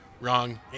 Wrong